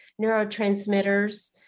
neurotransmitters